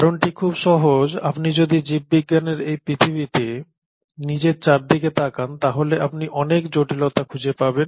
কারণটি খুব সহজ আপনি যদি জীববিজ্ঞানের এই পৃথিবীতে নিজের চারদিকে তাকান তাহলে আপনি অনেক জটিলতা খুঁজে পাবেন